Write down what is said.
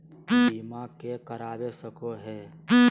बीमा के करवा सको है?